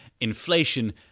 inflation